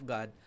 God